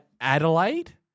Adelaide